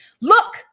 look